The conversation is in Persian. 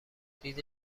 دید